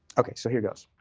ok, so here goes.